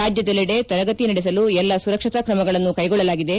ರಾಜ್ಟದೆಲ್ಲೆಡೆ ತರಗತಿ ನಡೆಸಲು ಎಲ್ಲಾ ಸುರಕ್ಷತಾ ಕ್ರಮಗಳನ್ನು ಕೈಗೊಳ್ಳಲಾಗಿದೆ